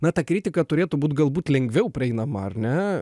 na ta kritika turėtų būti galbūt lengviau prieinama ar ne